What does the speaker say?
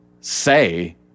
say